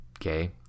okay